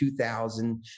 2000